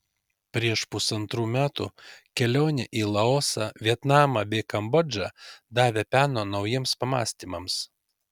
prieš pusantrų metų kelionė į laosą vietnamą bei kambodžą davė peno naujiems pamąstymams